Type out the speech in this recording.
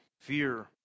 fear